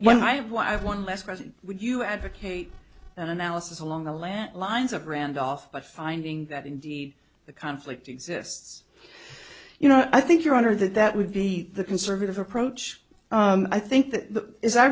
one i have one last question would you advocate an analysis along the land lines of randolph by finding that indeed the conflict exists you know i think your honor that that would be the conservative approach i think that is i